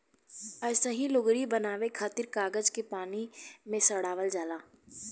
अइसही लुगरी बनावे खातिर कागज के पानी में सड़ावल जाला